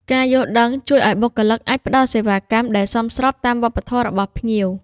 ការយល់ដឹងជួយឱ្យបុគ្គលិកអាចផ្តល់សេវាកម្មដែលសមស្របតាមវប្បធម៌របស់ភ្ញៀវ។